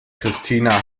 christina